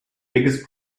biggest